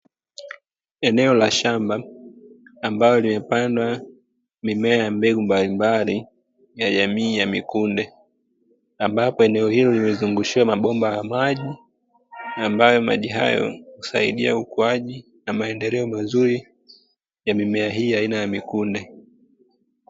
Eneo la shamba ambalo limepandwa mimea ya mbegu mbalimbali ya jamii ya mikunde, ambapo eneo hilo limezungushiwa mabomba ya maji, ambayo maji hayo husaidia ukuaji na maendeleo mazuri ya mimea hii aina ya mikunde.